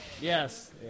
Yes